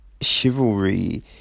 Chivalry